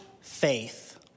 faith